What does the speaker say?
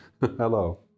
hello